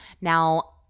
Now